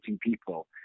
people